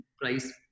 price